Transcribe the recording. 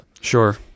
sure